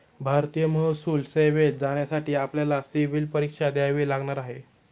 भारतीय महसूल सेवेत जाण्यासाठी आपल्याला सिव्हील परीक्षा द्यावी लागणार आहे